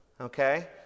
okay